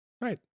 Right